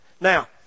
Now